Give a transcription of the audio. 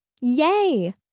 Yay